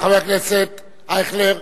חבר הכנסת אייכלר,